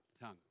tongue